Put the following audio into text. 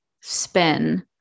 spin